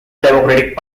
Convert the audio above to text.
democratic